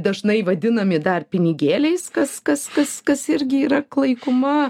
dažnai vadinami dar pinigėliais kas kas kas kas irgi yra klaikuma